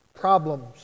problems